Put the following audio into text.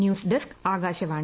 news desk Akashvani